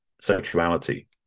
sexuality